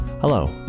Hello